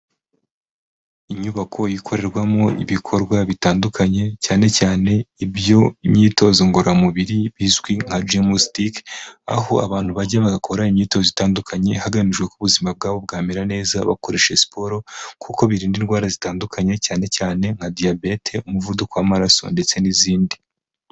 Inyubako ikorerwamo ibikorwa bitandukanye cyane cyane iby'imyitozo ngororamubiri bizwi nka jamestique, aho abantu bajya bagakora imyitozo itandukanye hagamijwe kuba ubuzima bwabo bwamera neza bakoresha siporo, kuko birinda indwara zitandukanye cyane cyane nka diyabete, umuvuduko w'amaraso ndetse n'izindi.